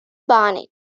barnett